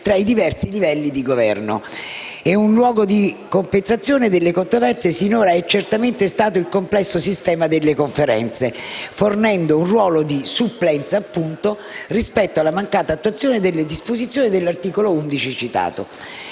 tra i diversi livelli di governo. Sinora un luogo di compensazione delle controversie è certamente stato il complesso sistema delle Conferenze, fornendo un ruolo di supplenza rispetto alla mancata attuazione delle disposizioni di cui al citato